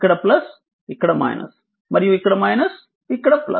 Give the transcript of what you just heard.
ఇక్కడ ఇక్కడ మరియు ఇక్కడ ఇక్కడ